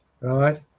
right